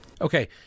Okay